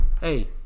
Hey